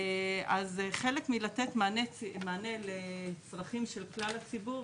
אז חלק מלתת מענה לצרכים של כלל הציבור,